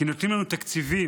כי נותנים לנו תקציבים.